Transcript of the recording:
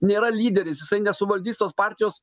nėra lyderis jisai nesuvaldys tos partijos